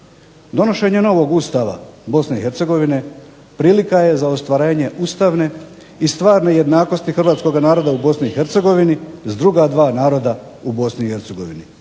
Donošenje novog Ustava BiH prilika je za ostvarenje ustavne i stvarne jednakosti hrvatskoga naroda u BiH s druga dva naroda u BiH.